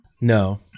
No